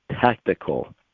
tactical